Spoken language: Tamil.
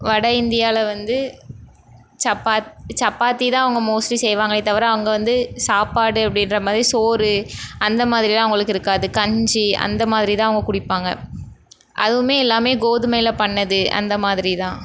வட இந்தியாவில வந்து சப்பாத் சப்பாத்தி தான் அவங்க மோஸ்ட்லி செய்வாங்களே தவிர அங்கே வந்து சாப்பாடு அப்படின்றமாரி சோறு அந்த மாதிரி எல்லாம் அவங்களுக்கு இருக்காது கஞ்சி அந்த மாதிரி தான் அவங்க குடிப்பாங்க அதுவுமே எல்லாமே கோதுமையில் பண்ணது அந்தமாதிரி தான்